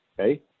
Okay